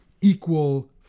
equal